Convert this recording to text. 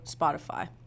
Spotify